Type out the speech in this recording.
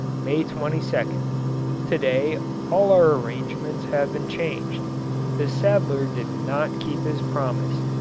may twenty second to-day all our arrangements have been changed the saddler did not keep his promise,